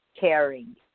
caring